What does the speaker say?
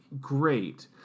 great